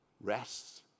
rests